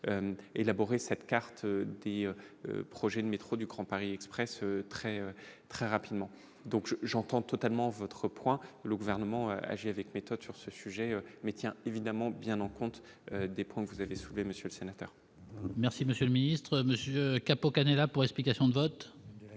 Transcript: élaborer cette carte des projets de métro du Grand Paris Express très, très rapidement, donc je j'entends totalement votre point le gouvernement agit avec méthode sur ce sujet, mais tient évidemment bien en compte des points que vous avez soulevé monsieur le sénateur. Merci monsieur le ministre, monsieur cap au Canada pour explication de vote.